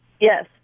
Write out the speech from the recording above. Yes